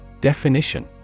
Definition